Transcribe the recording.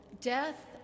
death